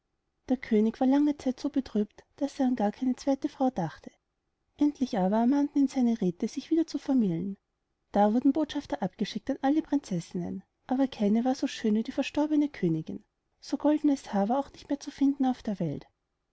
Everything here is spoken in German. der könig war lange zeit so betrübt daß er gar an keine zweite frau dachte endlich aber ermahnten ihn seine räthe sich wieder zu vermählen da wurden botschafter abgeschickt an alle prinzessinnen aber keine war so schön wie die verstorbene königin so goldenes haar war auch gar nicht mehr zu finden auf der welt